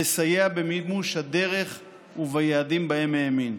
לסייע במימוש הדרך וביעדים שבהם האמין.